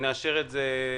כדי שנאשר את זה בוועדה.